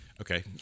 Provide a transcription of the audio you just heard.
Okay